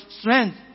strength